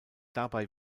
dabei